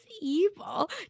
evil